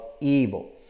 evil